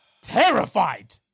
Terrified